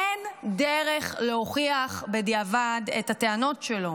אין דרך להוכיח בדיעבד את הטענות שלו.